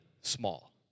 small